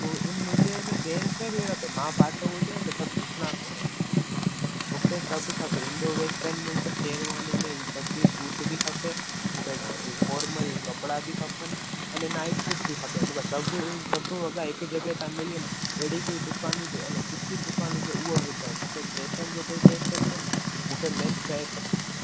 मां उन मुंहिंजे हिन जेंट्स में बि अहिड़ो त मां पातो हुजे न त सभु ॾिसणा खपनि मूंखे सभु खपे इंडो वेस्टन में मूंखे शेरवानी में इहे सभु बि सूट बि खपे मूंखे ॿियों फोरमल कपिड़ा बि खपनि अने नाइट सूट बि खपे मूंखे सभु सभु वॻा हिकु जॻहि ता मिलियुनि अहिड़ी कोई दुकानु हुजे अने सुठी हुजे उहा ॿुधायो मूंखे पेसनि जो कोई टेंशन कोन्हे मूंखे मेन शइ खपे